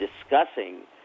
discussing